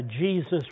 Jesus